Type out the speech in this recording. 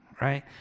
right